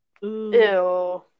Ew